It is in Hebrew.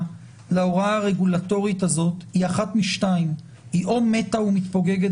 להוראה הרגולטורית הזאת והיא אחת משתיים: או מתה ומתפוגגת